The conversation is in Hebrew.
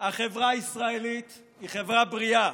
החברה הישראלית היא חברה בריאה.